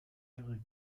ihre